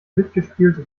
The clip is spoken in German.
mitgespülte